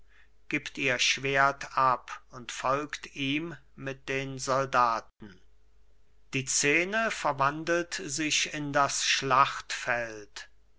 gibt ihr schwert ab und folgt ihm mit den soldaten die szene verwandelt sich in das schlachtfeld